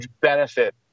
benefit